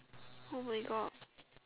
oh my God